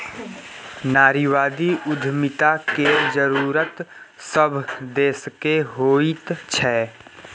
नारीवादी उद्यमिता केर जरूरत सभ देशकेँ होइत छै